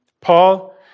Paul